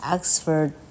，Oxford